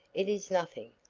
it is nothing,